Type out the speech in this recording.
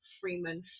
Freeman